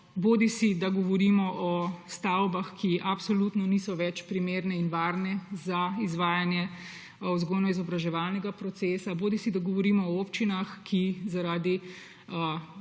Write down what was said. bodisi da govorimo o stavbah, ki absolutno niso več primerne in varne za izvajanje vzgojno-izobraževalnega procesa, bodisi da govorimo o občinah, ki zaradi